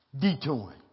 Detour